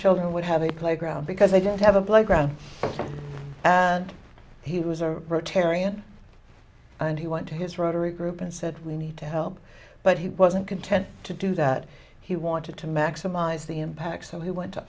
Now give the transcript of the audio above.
children would have a playground because they didn't have a black ground he was a rotarian and he went to his rotary group and said we need to help but he wasn't content to do that he wanted to maximize the impact so he went to